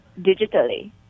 digitally